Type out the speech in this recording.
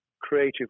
creative